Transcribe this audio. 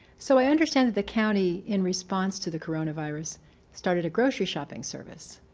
so i understand the county in response to the coronavirus started a grocery shopping service.